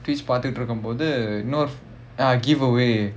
twitch பாத்துட்டு இருக்கும் போது:paathuttu irukkum pothu you know ah giveaway